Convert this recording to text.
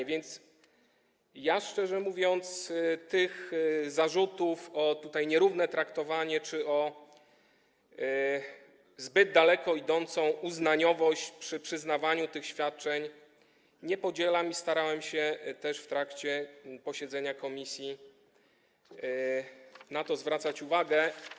Tak więc ja, szczerze mówiąc, tych zarzutów o nierówne traktowanie czy o zbyt daleko idącą uznaniowość przy przyznawaniu tych świadczeń nie podzielam i starałem się też w trakcie posiedzenia komisji zwracać na to uwagę.